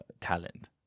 talent